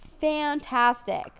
fantastic